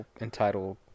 entitled